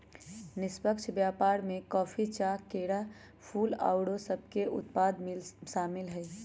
निष्पक्ष व्यापार में कॉफी, चाह, केरा, फूल, फल आउरो सभके उत्पाद सामिल हइ